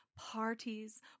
Parties